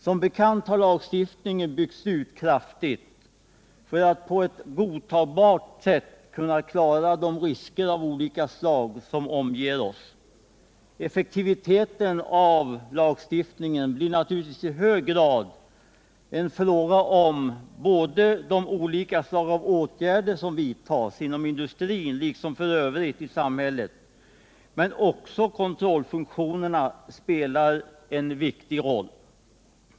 Som bekant har lagstiftningen byggts ut kraftigt för att på ett godtagbart sätt kunna klara de risker av olika slag som omger oss. Effektiviteten i lagstiftningen blir naturligtvis i hög grad en fråga om de olika slag av åtgärder som vidtas inom industrin liksom f. ö. inom samhället, men även kontrollfunktionerna spelar en viktig roll.